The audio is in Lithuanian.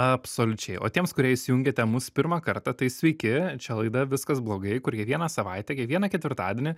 absoliučiai o tiems kurie įsijungėte mus pirmą kartą tai sveiki čia laida viskas blogai kur kiekvieną savaitę kiekvieną ketvirtadienį